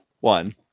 one